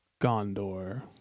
Gondor